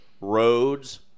roads